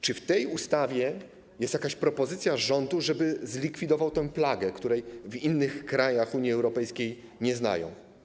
Czy w tej ustawie jest jakaś propozycja rządu, żeby zlikwidować tę plagę, której w innych krajach Unii Europejskiej nie znają?